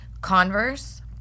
Converse